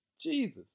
Jesus